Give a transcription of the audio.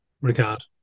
regard